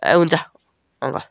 ए हुन्छ अङ्कल